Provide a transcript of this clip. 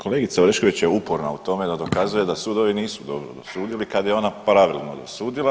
Kolegica Orešković je uporna u tome da dokazuje da sudovi nisu dobro dosudili kad je ona pravilno dosudila.